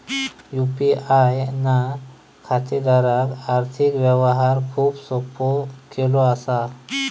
UPI ना खातेदारांक आर्थिक व्यवहार खूप सोपो केलो असा